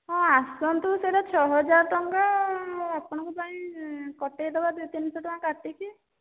ହଁ ଆସନ୍ତୁ ସେଇଟା ଛଅ ହଜାର ଟଙ୍କା ଆପଣଙ୍କ ପାଇଁ କଟାଇ ଦେବା ଦୁଇ ତିନି ଶହ ଟଙ୍କା କାଟିକି